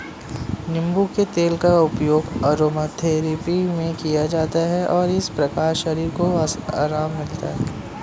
नींबू के तेल का उपयोग अरोमाथेरेपी में किया जाता है और इस प्रकार शरीर को आराम मिलता है